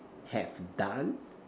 have done